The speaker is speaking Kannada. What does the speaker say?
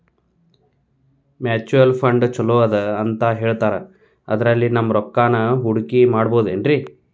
ಮ್ಯೂಚುಯಲ್ ಫಂಡ್ ಛಲೋ ಅದಾ ಅಂತಾ ಹೇಳ್ತಾರ ಅದ್ರಲ್ಲಿ ನಮ್ ರೊಕ್ಕನಾ ಹೂಡಕಿ ಮಾಡಬೋದೇನ್ರಿ?